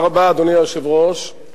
(הגבלה על הקניה או העברה של זכויות במקרקעין לזרים),